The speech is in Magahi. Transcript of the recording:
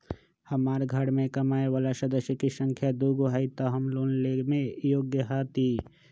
हमार घर मैं कमाए वाला सदस्य की संख्या दुगो हाई त हम लोन लेने में योग्य हती?